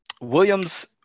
Williams